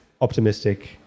optimistic